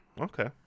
okay